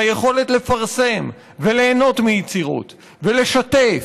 והיכולת לפרסם וליהנות מיצירות, ולשתף,